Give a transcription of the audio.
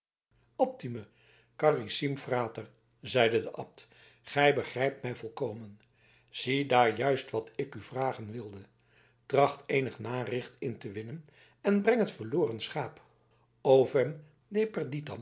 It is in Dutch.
optime carissime frater zeide de abt gij begrijpt mij volkomen ziedaar juist wat ik u vragen wilde tracht eenig naricht in te winnen en breng het verloren schaap ovem